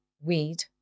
weed